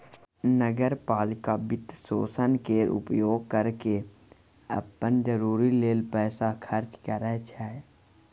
नगर पालिका वित्तपोषण केर उपयोग कय केँ अप्पन जरूरी लेल पैसा खर्चा करै छै